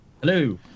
Hello